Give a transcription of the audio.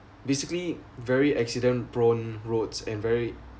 basically very accident prone roads and very